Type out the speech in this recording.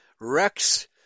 Rex